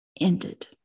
ended